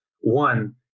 one